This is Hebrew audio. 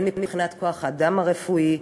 הן מבחינת כוח-האדם הרפואי,